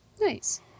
Nice